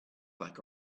like